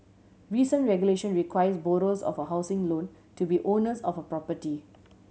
recent regulation requires borrowers of a housing loan to be owners of a property